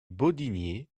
bodinier